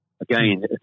Again